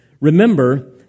Remember